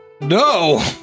No